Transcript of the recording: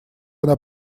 она